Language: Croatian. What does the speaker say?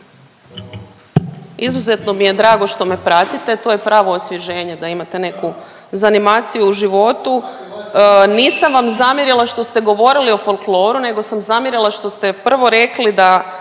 Izuzetno mi je drago što me pratite, to je pravo osvježenje da imate neku zanimaciju u životu. Nisam vam zamjerila što ste govorili o folkloru nego sam zamjerila što ste prvo rekli da